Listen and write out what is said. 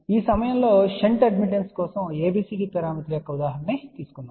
కాబట్టి ఈ సమయంలో షంట్ అడ్మిటెన్స్ కోసం ABCD పారామితుల యొక్క ఉదాహరణను తీసుకుందాం